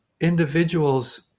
individuals